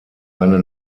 eine